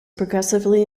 progressively